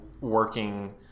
working